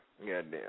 Goddamn